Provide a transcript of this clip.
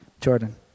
Jordan